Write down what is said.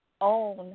own